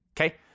Okay